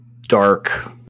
Dark